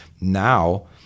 now